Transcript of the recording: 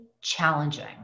challenging